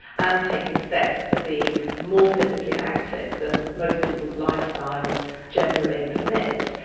and taking steps to be more physically active than most people's lifestyles generally permit.